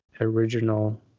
original